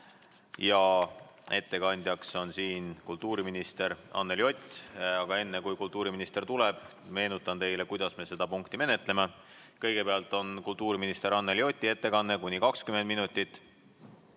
ja ettekandja on siin kultuuriminister Anneli Ott. Aga enne, kui kultuuriminister pulti tuleb, meenutan teile, kuidas me seda punkti menetleme. Kõigepealt on kultuuriminister Anneli Oti ettekanne kuni 20 minutit,